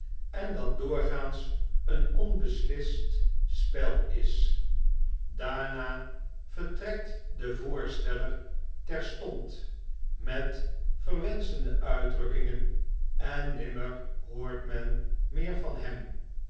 en dat doorgaans een onbeslist spel is daarna vertrekt de voorsteller terstond met verwenschende uitdrukkingen en nimmer hoort men meer van hem